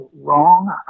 wrong